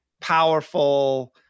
powerful